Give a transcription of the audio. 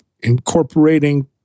incorporating